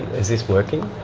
is this working?